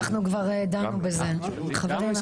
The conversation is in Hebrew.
אנחנו כבר דנו בזה חברים,